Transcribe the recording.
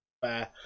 fair